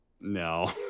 no